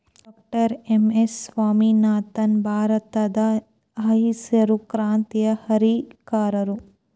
doctor M S Swaminathan ಭಾರತದಹಸಿರು ಕ್ರಾಂತಿಯ ಹರಿಕಾರರು